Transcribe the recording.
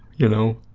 you know,